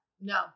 No